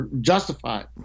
justified